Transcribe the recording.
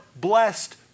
blessed